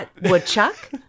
Woodchuck